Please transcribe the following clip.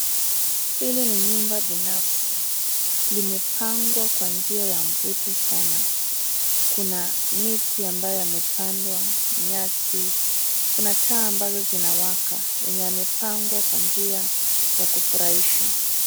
Hili ni nyumba binafsi. Limepangwa kwa njia ya mvuto sana. Kuna miti ambayo yamepandwa, nyasi kuna taa ambazo zinawaka yenye yamepangwa kwa njia ya furahisha.